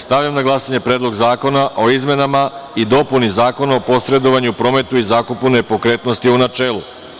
Stavljam na glasanje Predlog zakona o izmenama i dopuni Zakona o posredovanju u prometu i zakupu nepokretnosti, u načelu.